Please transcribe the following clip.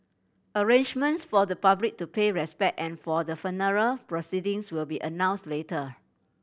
arrangements for the public to pay respect and for the funeral proceedings will be announced later